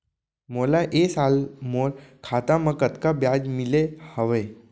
मोला ए साल मोर खाता म कतका ब्याज मिले हवये?